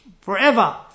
forever